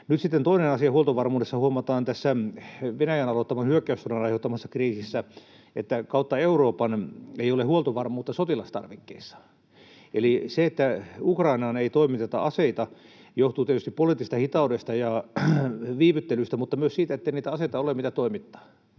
toinen asia huoltovarmuudessa huomataan Venäjän aloittaman hyökkäyssodan aiheuttamassa kriisissä, että kautta Euroopan ei ole huoltovarmuutta sotilastarvikkeissa. Eli se, että Ukrainaan ei toimiteta aseita, johtuu tietysti poliittisesta hitaudesta ja viivyttelystä, mutta myös siitä, ettei niitä aseita, mitä toimittaa,